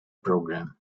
program